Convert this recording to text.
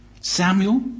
Samuel